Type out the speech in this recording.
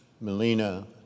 Melina